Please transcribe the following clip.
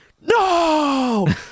no